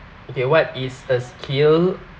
okay what is a skill